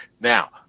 Now